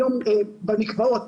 היום במקוואות